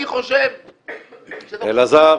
אני חושב ש --- אלעזר,